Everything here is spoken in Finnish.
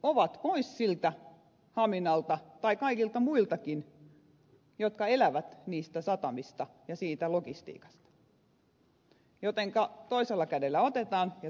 ovat pois haminalta tai kaikilta muiltakin jotka elävät satamista ja logistiikasta jotenka toisella kädellä otetaan ja toisella annetaan